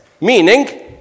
meaning